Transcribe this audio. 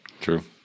True